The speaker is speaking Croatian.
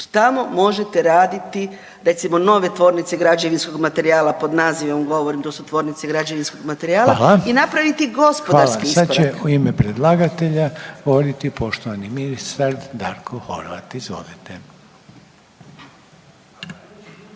tamo možete raditi, recimo nove tvornice građevinskog materijala, pod nazivom govorim, to su tvornice građevinskog materijala i napraviti gospodarski iskorak. **Reiner, Željko (HDZ)** Hvala, sad će u ime predlagatelja govoriti poštovani ministar Darko Horvat. Izvolite.